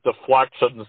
deflections